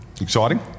Exciting